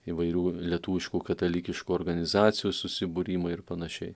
įvairių lietuviškų katalikiškų organizacijų susibūrimai ir panašiai